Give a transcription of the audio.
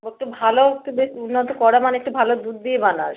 তোর তো ভালো একটু বেশ উন্নত কড়া মানে একটু ভালো দুধ দিয়ে বানাস